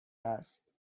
است